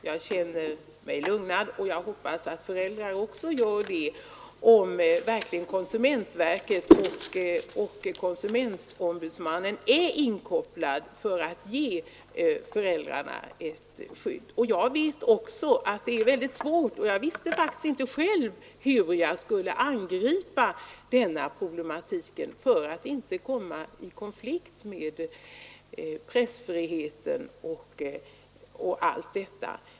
Jag känner mig lugnad — det hoppas jag att föräldrar också kommer att göra — om konsumentverket och konsumentombudsmannen verkligen blir inkopplade för att ge föräldrarna ett skydd på detta område. Jag förstår också att det är mycket svårt — jag visste faktiskt inte själv hur jag skulle angripa detta problem — att undvika att här komma i konflikt med pressfriheten.